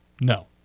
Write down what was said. no